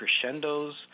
crescendos